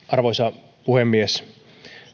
arvoisa puhemies